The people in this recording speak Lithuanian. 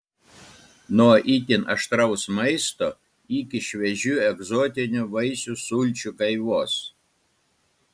nuo itin aštraus maisto iki šviežių egzotinių vaisių sulčių gaivos